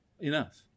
enough